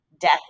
death